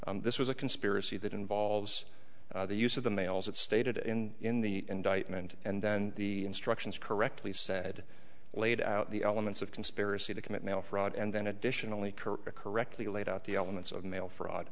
was this was a conspiracy that involves the use of the mails that stated in in the indictment and then the instructions correctly said laid out the elements of conspiracy to commit mail fraud and then additionally correct correctly laid out the elements of mail fraud